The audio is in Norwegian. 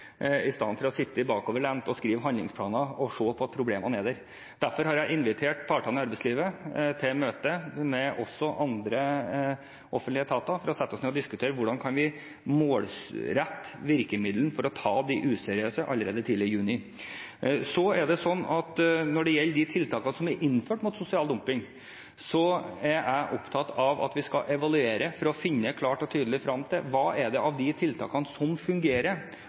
å sitte bakoverlent og skrive handlingsplaner og se på at problemene er der. Derfor har jeg invitert partene i arbeidslivet til et møte allerede tidlig i juni med også andre offentlige etater, for at vi kan sette oss ned og diskutere hvordan vi kan målrette virkemidler for å ta de useriøse. Når det gjelder de tiltakene som er innført mot sosial dumping, er jeg opptatt av at vi skal evaluere for å finne klart og tydelig frem til hvilke av disse tiltakene som fungerer,